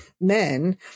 men